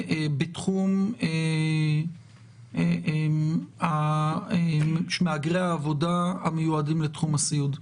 בתחום של מהגרי העבודה המיועדים לתחום הסיעוד.